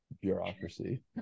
bureaucracy